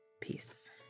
peace